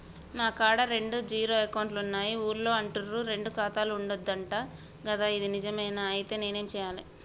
నా కాడా రెండు జీరో అకౌంట్లున్నాయి ఊళ్ళో అంటుర్రు రెండు ఖాతాలు ఉండద్దు అంట గదా ఇది నిజమేనా? ఐతే నేనేం చేయాలే?